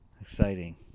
Exciting